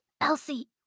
Elsie